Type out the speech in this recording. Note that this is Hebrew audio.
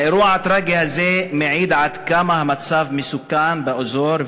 האירוע הטרגי הזה מעיד עד כמה המצב מסוכן באזור,